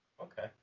Okay